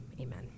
Amen